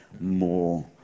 more